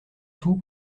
tout